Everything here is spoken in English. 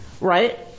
right